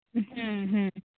ᱦᱮᱸ ᱦᱮᱸ